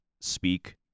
speak